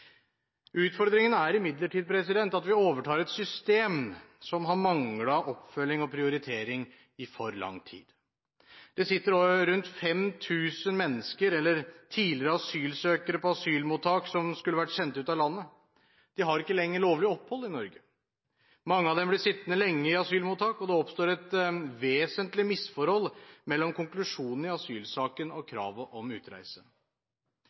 er imidlertid at vi overtar et system som har manglet oppfølging og prioritering i for lang tid. Det sitter nå rundt 5 000 mennesker – tidligere asylsøkere – som skulle vært sendt ut av landet, på asylmottak. De har ikke lenger lovlig opphold i Norge. Mange av dem blir sittende lenge i asylmottak, og det oppstår et vesentlig misforhold mellom konklusjonen i asylsaken og kravet om utreise.